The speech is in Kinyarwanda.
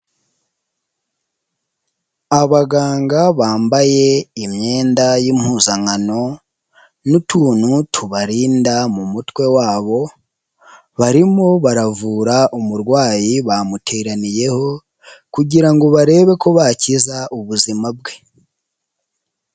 Abaganga bambaye imyenda y'impuzankano n'utuntu tubarinda mu mutwe wabo, barimo baravura umurwayi bamuteraniyeho kugira ngo barebe ko bakiza ubuzima bwe.